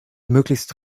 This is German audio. möglichst